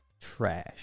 trash